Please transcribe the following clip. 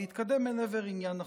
להתקדם אל עבר עניין החוק.